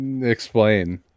Explain